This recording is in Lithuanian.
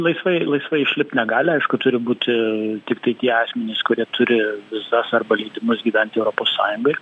laisvai laisvai išlipt negali aišku turi būti tiktai tie asmenys kurie turi vizas arba leidimus gyventi europos sąjungoj